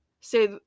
say